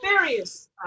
various